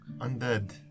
Undead